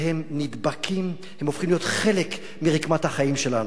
הם נדבקים, הם הופכים להיות חלק מרקמת החיים שלנו,